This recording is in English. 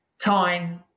time